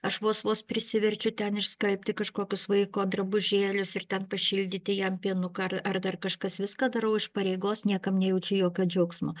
aš vos vos prisiverčiu ten išskalbti kažkokius vaiko drabužėlius ir ten pašildyti jam pienuka ar ar dar kažkas viską darau iš pareigos niekam nejaučiu jokio džiaugsmo